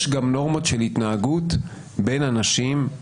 יש גם נורמות של התנהגות בין אנשים,